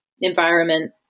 environment